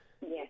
Yes